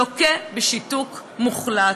לוקה בשיתוק מוחלט,